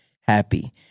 happy